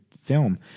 film